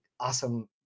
awesome